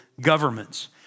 governments